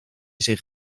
zich